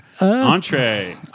Entree